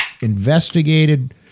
investigated